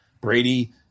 Brady